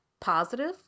positive